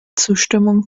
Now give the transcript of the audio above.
zustimmung